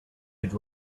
could